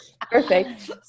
perfect